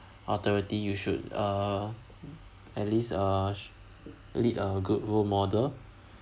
authority you should uh at least uh s~ lead a good role model